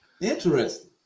Interesting